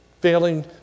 failing